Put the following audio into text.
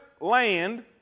land